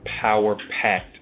power-packed